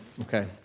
Okay